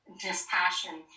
dispassion